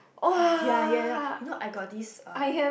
ya ya ya you know I got this uh